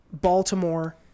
Baltimore